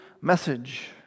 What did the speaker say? message